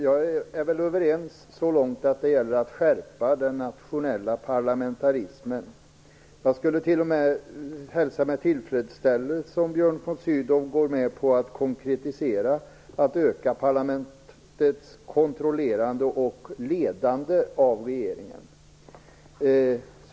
Jag är överens med honom så långt som att det gäller att stärka den nationella parlamentarismen. Jag skulle t.o.m. hälsa med tillfredsställelse om Björn von Sydow gick med på att konkretisera det han sade i en replik till Peter Eriksson om att öka parlamentets kontrollerande och ledande av regeringen.